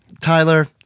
Tyler